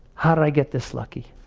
how did i get this lucky?